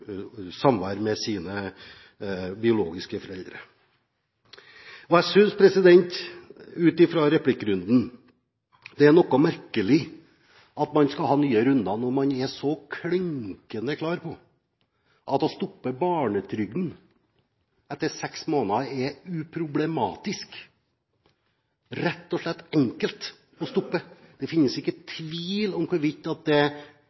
samvær med sine biologiske foreldre. Jeg synes ut fra replikkrunden at det er noe merkelig at man skal ha nye runder når man er så klinkende klar på at å stoppe barnetrygden etter seks måneder er uproblematisk – det er rett og slett enkelt å stoppe. Det finnes ikke tvil om at det